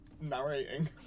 narrating